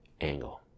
angle